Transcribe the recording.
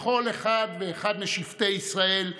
לכל אחד ואחד משבטי ישראל,